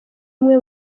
umwe